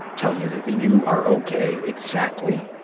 tell you that you are okay exactly